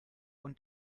und